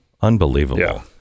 Unbelievable